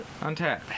Untap